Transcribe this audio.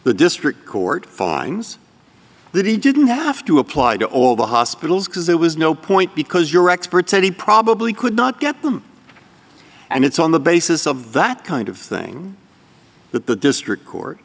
the district court filings that he didn't have to apply to all the hospitals because there was no point because your expert said he probably could not get them and it's on the basis of that kind of thing that the district court